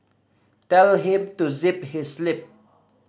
tell him to zip his lip